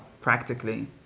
practically